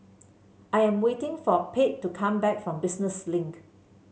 I am waiting for Pate to come back from Business Link